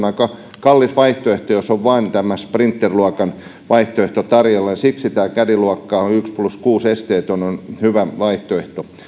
aika kallis vaihtoehto jos on vain tämä sprinter luokan vaihtoehto tarjolla ja siksi tämä caddy luokka esteetön yksi plus kuusi on hyvä vaihtoehto